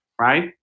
Right